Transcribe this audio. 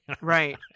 Right